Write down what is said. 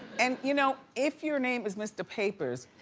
and you know if your name is mr. papers,